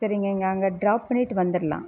சரிங்க நீங்கள் அங்கே ட்ராப் பண்ணிவிட்டு வந்துடலாம்